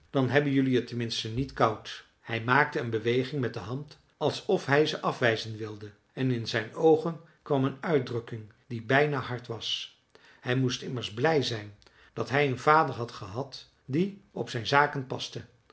dan hebben jelui t ten minste niet koud hij maakte een beweging met de hand alsof hij ze afwijzen wilde en in zijn oogen kwam een uitdrukking die bijna hard was hij moest immers blij zijn dat hij een vader had gehad die op zijn zaken paste